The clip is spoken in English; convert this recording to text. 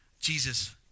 Jesus